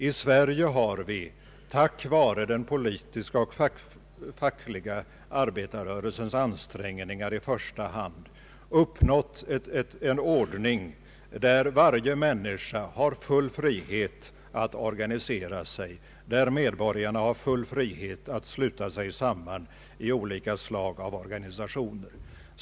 I Sverige har vi i första hand tack vare den politiska och fackliga arbetarrörelsens ansträngningar uppnått en ordning, där varje människa har full frihet att organisera sig och där medborgarna har full frihet att sluta sig samman i olika slag av organisationer.